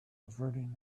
averting